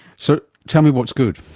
so tell me what's good.